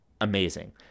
amazing